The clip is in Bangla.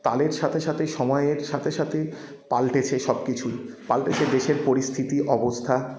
তালের সাথে সাথে সময়ের সাথে সাথে পালটেছে সব কিছুই পালটেছে দেশের পরিস্থিতি অবস্থা